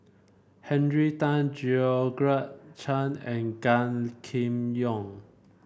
Henry Tan Georgette Chen and Gan Kim Yong